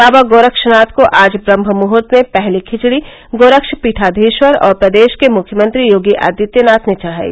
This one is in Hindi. बाबा गोरक्षनाथ को आज ब्रहममुहूर्त में पहली खिचड़ी गोरक्षपीठाधीश्वर और प्रदेश के मुख्यमंत्री योगी ऑदित्यनाथ ने चढ़ाई